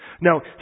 Now